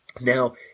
Now